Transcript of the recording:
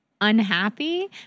unhappy